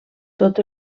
tot